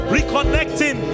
Reconnecting